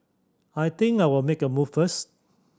I think I'll make a move first